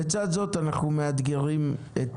לצד זאת אנחנו מאתגרים את